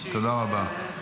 תודה רבה.